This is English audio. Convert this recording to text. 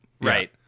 Right